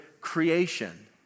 creation